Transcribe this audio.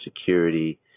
security